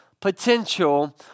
potential